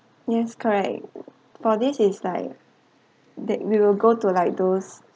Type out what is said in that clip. yes correct for this is like that we will go to like those